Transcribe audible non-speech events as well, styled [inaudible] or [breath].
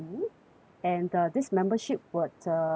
and uh this membership would uh [breath]